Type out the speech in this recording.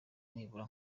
nibura